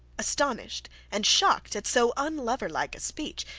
astonished and shocked at so unlover-like a speech,